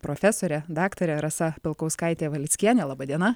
profesorė daktarė rasa pilkauskaitė valickienė laba diena